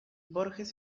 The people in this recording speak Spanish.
borges